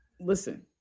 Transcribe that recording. Listen